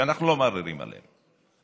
שאנחנו לא מערערים עליהן,